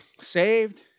saved